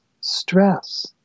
stress